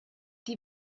die